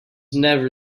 never